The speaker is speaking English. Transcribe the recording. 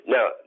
Now